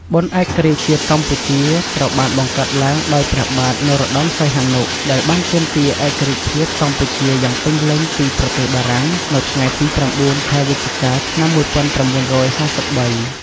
បុណ្យឯករាជ្យជាតិកម្ពុជា ត្រូវបានបង្កើតឡើងដោយព្រះបាទ នរោត្តមសីហនុ ដែលបានទាមទារឯករាជ្យភាពកម្ពុជាយ៉ាងពេញលេញពី ប្រទេសបារាំង នៅថ្ងៃទី ៩ ខែវិច្ឆិកា ឆ្នាំ ១៩៥៣ ។